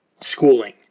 schooling